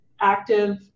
active